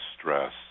stress